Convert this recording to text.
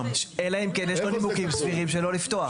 אלא אם כן יש לו נימוקים סבירים שלא לפתוח.